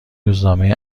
روزنامه